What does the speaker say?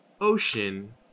ocean